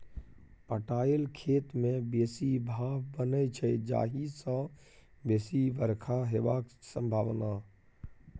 पटाएल खेत मे बेसी भाफ बनै छै जाहि सँ बेसी बरखा हेबाक संभाबना